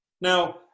now